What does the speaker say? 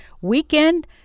weekend